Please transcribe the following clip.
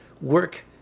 work